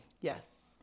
Yes